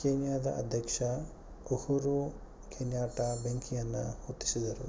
ಕೀನ್ಯಾದ ಅದ್ಯಕ್ಷ Uhuru Kenyatta ಬೆಂಕಿಯನ್ನು ಹೊತ್ತಿಸಿದರು